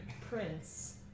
prince